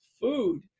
food